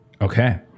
Okay